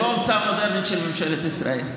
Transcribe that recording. הוא לא המצאה מודרנית של ממשלת ישראל,